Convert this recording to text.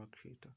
Creator